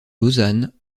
lausanne